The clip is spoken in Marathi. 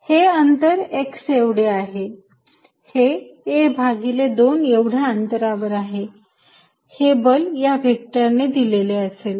हे अंतर x एवढे आहे हे a भागिले 2 एवढ्या अंतरावर आहे हे बल या व्हेक्टर ने दिलेले असेल